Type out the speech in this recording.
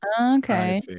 okay